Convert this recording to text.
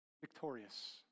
victorious